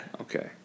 okay